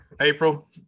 April